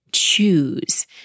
choose